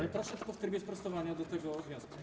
Ale proszę tylko w trybie sprostowania do tego wniosku.